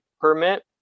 permit